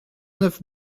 neuf